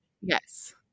yes